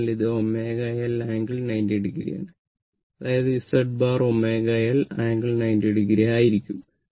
അതിനാൽ ഇത് ω L angle 90o ആണ് അതായത് Z bar ω L angle 90o ആയിരിക്കും